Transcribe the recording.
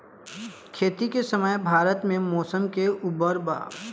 खेती के समय भारत मे मौसम के उपर बा